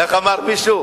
איך אמר מישהו?